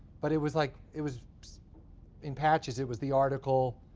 but it was like it was in patches. it was the article,